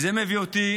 זה בכלל מביא אותי